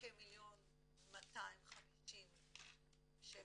בכ-1.25 מיליון שקל.